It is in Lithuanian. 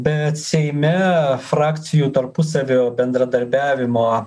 bet seime frakcijų tarpusavio bendradarbiavimo